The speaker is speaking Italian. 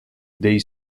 dei